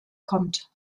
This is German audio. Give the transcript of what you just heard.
kommt